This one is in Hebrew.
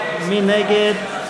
מי נגד?